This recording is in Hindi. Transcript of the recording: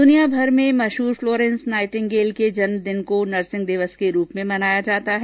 दुनियाभर में मशहूर फ्लोरेंस नाइटेंगल के जन्म दिन को नर्सिंग दिवस के रूप में मनाया जाता है